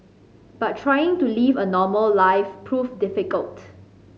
but trying to live a normal life proved difficult